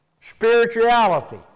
Spirituality